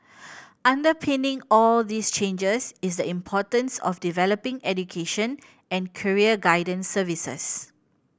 underpinning all these changes is the importance of developing education and career guidance services